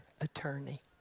Attorney